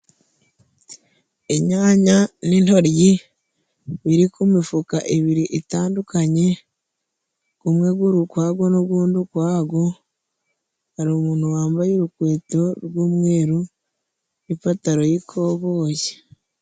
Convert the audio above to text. Inyanya n'intoryi biri ku mifuka ibiri itandukanye, gumwe guri ukwago n'ugundi ukwago, hari umuntu wambaye urukweto rw'umweru ipataro y'ikoboyi.